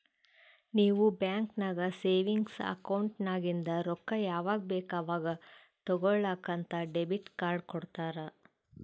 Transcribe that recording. ನೀವ್ ಬ್ಯಾಂಕ್ ನಾಗ್ savings account ನಾಗಿಂದ್ ರೊಕ್ಕಾ ಯಾವಾಗ್ ಬೇಕ್ ಅವಾಗ್ ತೇಕೊಳಾಕ್ ಅಂತ್ ಡೆಬಿಟ್ ಕಾರ್ಡ್ ಕೊಡ್ತಾರ